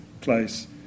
place